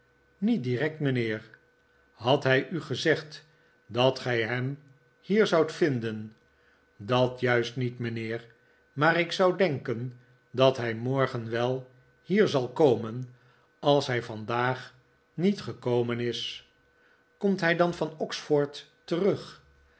niet direct mijnheer had hij u gezegd dat gij hem hier zoudt vinden dat juist niet mijnheer maar ik zou denken dat hij morgen wel hier zal komen als hij vandaag niet gekomen is komt hij dan van oxford terug